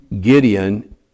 Gideon